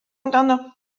amdano